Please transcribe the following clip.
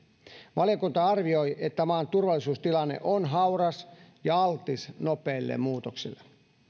valiokunta arvioi että maan turvallisuustilanne on hauras ja altis nopeille muutoksille